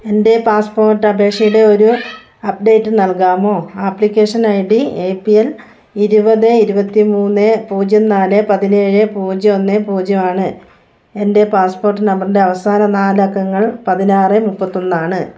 എൻ്റെ പാസ്പോർട്ട് അപേക്ഷയുടെ ഒരു അപ്ഡേറ്റ് നൽകാമോ application I D A P L ഇരുപത് ഇരുപത്തിമൂന്ന് പൂജ്യം നാല് പതിനേഴ് പൂജ്യം ഒന്ന് പൂജ്യമാണ് എൻ്റെ പാസ്പോർട്ട് നമ്പറിൻ്റെ അവസാന നാലക്കങ്ങൾ പതിനാറ് മുപ്പത്തൊന്നാണ്